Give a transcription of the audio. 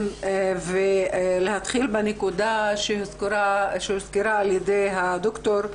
ולהתחיל בנקודה שהוזכרה על ידי הד"ר,